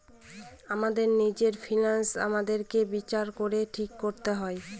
আমাদের নিজের ফিন্যান্স আমাদেরকে বিচার করে ঠিক করতে হয়